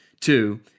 Two